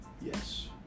Yes